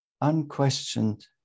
unquestioned